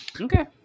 okay